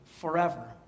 forever